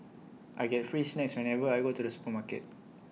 I get free snacks whenever I go to the supermarket